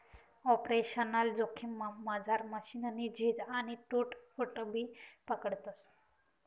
operational जोखिममझार मशीननी झीज आणि टूट फूटबी पकडतस